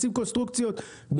לשים קונסטרוקציות,